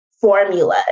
formula